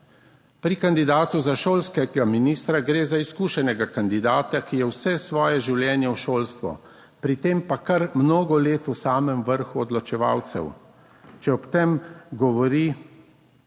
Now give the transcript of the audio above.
Pri kandidatu za šolskega ministra gre za izkušenega kandidata, ki je vse svoje življenje v šolstvu, pri tem pa kar mnogo let v samem vrhu odločevalcev. Če ob tem govori